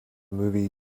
movie